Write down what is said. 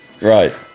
Right